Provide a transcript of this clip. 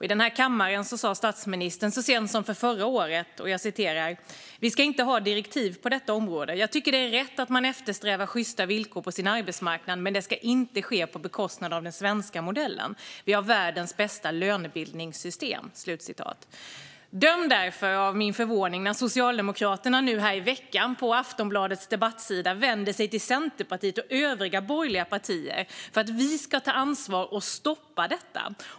I den här kammaren sa statsministern så sent som förra året: "Vi ska inte ha direktiv på detta område." Han sa att han tycker att det är rätt att man eftersträvar sjysta villkor på sin arbetsmarknad. "Men det ska inte ske på bekostnad av den svenska modellen. Vi har världens bästa lönebildningssystem." Döm därför om min förvåning när Socialdemokraterna nu i veckan på Aftonbladets debattsida vände sig till Centerpartiet och övriga borgerliga partier för att vi ska ta ansvar och stoppa detta.